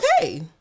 okay